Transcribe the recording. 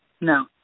No